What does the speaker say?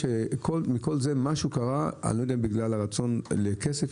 אני לא יודע אם זה בגלל הרצון ליותר כסף,